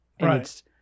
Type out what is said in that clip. right